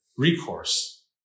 recourse